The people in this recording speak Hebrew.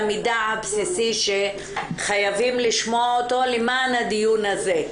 המידע הבסיסי שחייבים לשמוע אותו למען הדיון הזה.